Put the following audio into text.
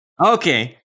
Okay